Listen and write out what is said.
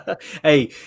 Hey